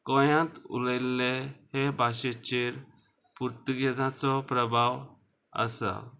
गोंयांत उलयल्ले हे भाशेचेर पुर्तुगेजाचो प्रभाव आसा